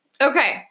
Okay